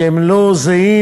שהם לא זהים,